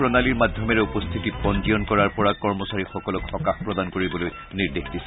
প্ৰণালীৰ মাধ্যমেৰে উপস্থিতি পঞ্জীয়ন কৰাৰ পৰা কৰ্মচাৰীসকলক সকাহ প্ৰদান কৰিবলৈ নিৰ্দেশ দিছে